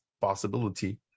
possibility